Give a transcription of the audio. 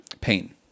pain